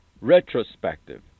retrospective